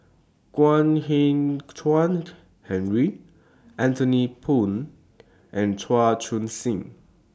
Kwek Hian Chuan Henry Anthony Poon and Chan Chun Sing